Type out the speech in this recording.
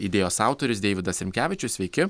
idėjos autorius deividas rimkevičius sveiki